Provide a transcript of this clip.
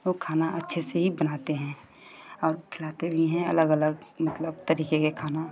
वो खाना अच्छे से ही बनाते हैं और खिलाते भी हैं अलग अलग मतलब तरीके के खाना